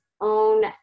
own